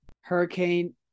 Hurricane